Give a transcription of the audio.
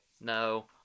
No